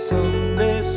Someday